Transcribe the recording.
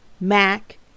Mac